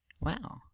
Wow